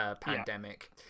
pandemic